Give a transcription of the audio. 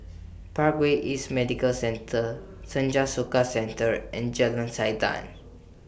Parkway East Medical Centre Senja Soka Centre and Jalan Siantan